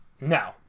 No